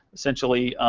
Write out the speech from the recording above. essentially